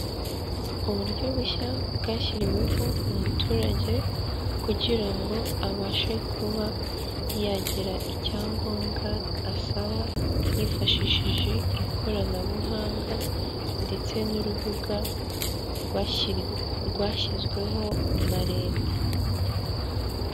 Uburyo bushya bwashyiriweho umuturage kugira ngo abashe kuba yagira icyangombwa asaba yifashishije ikoranabuhanga ndetse n'urubuga rwashyizweho na leta.